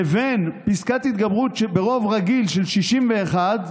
לבין פסקת התגברות ברוב רגיל של 61,